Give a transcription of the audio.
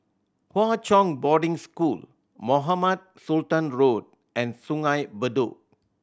Hwa Chong Boarding School Mohamed Sultan Road and Sungei Bedok